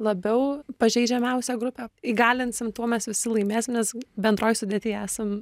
labiau pažeidžiamiausią grupę įgalinsim tuo mes visi laimėsim nes bendroj sudėty esam